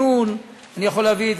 אני רוצה לבקש ממך,